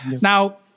Now